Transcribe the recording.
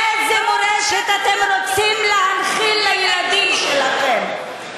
איזה מורשת אתם רוצים להנחיל לילדים שלכם?